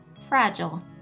fragile